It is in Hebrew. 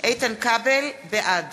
בעד